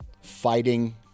fighting